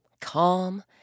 Calm